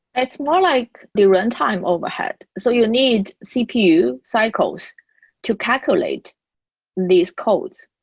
it's not like the runtime overheard. so you need cpu cycles to calculate these codes.